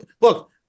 Look